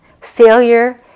failure